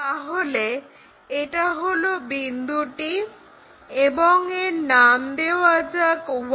তাহলে এটা হলো বিন্দুটি এবং এর নাম দেওয়া যাক 1